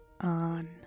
on